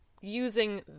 using